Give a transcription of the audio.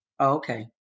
Okay